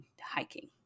hiking